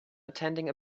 attending